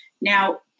Now